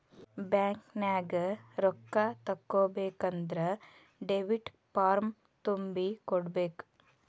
ಬ್ಯಾಂಕ್ನ್ಯಾಗ ರೊಕ್ಕಾ ತಕ್ಕೊಬೇಕನ್ದ್ರ ಡೆಬಿಟ್ ಫಾರ್ಮ್ ತುಂಬಿ ಕೊಡ್ಬೆಕ್